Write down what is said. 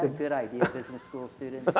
a good idea business school students.